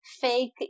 fake